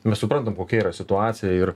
mes suprantam kokia yra situacija ir